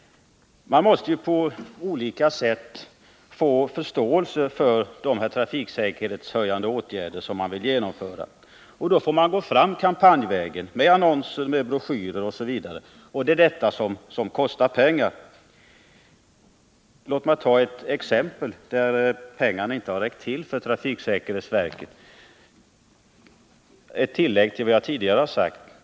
Man måste på olika sätt få förståelse för de trafiksäkerhetsåtgärder man vill genomföra, och då får man gå fram kampanjvägen med annonser, broschyrer osv., och det är det som kostar pengar. Låt mig som ett tillägg till vad jag tidigare sagt ta ett exempel på att pengarna inte har räckt till för trafiksäkerhetsverket.